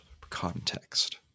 context